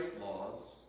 laws